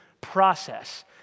process